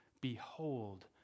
Behold